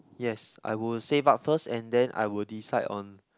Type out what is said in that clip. yes I will save up first and then I will decide on